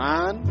Man